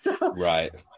Right